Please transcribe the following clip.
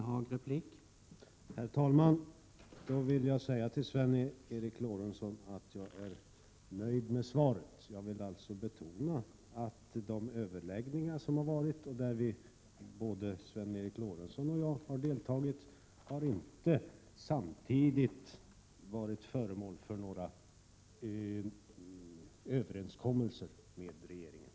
Herr talman! Då vill jag säga till Sven Eric Lorentzon att jag är nöjd med svaret. Jag vill alltså betona att de frågor i vilka det har skett överläggningar, där både Sven Eric Lorentzon och jag har deltagit, inte samtidigt har varit föremål för några överenskommelser med regeringen.